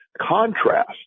contrast